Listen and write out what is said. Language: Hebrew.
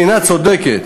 לא צודקת,